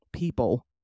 People